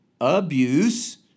abuse